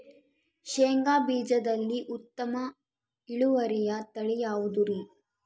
ಶೇಂಗಾ ಬೇಜದಲ್ಲಿ ಉತ್ತಮ ಇಳುವರಿಯ ತಳಿ ಯಾವುದುರಿ?